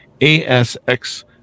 ASX